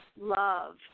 love